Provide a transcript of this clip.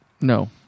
No